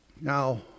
Now